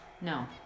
No